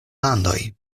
landoj